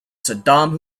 saddam